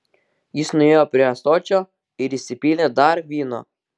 jis nuėjo prie ąsočio ir įsipylė dar vyno